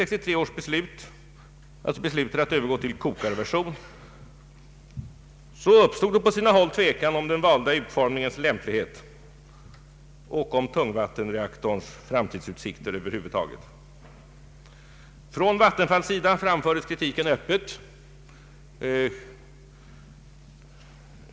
avveckling av Marvikenprojektet 1963 års beslut om att övergå till kokarversionen uppstod på sina håll tvckan om den valda utformningens lämplighet och om tungvattenreaktorns framtidsutsikter över huvud. Från vattenfallsstyrelsens sida framfördes kritiken öppet.